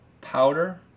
powder